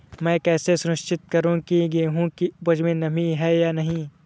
मैं कैसे सुनिश्चित करूँ की गेहूँ की उपज में नमी है या नहीं?